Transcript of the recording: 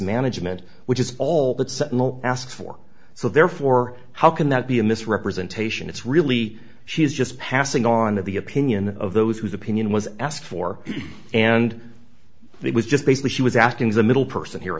management which is all that said ask for so therefore how can that be a misrepresentation it's really she is just passing on of the opinion of those whose opinion was asked for and it was just basically she was acting as the middle person here